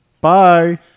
Bye